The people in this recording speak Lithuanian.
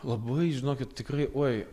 labai žinokit tikrai uoj